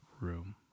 room